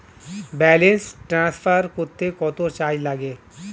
Balance transfer করতে কত charge লাগে?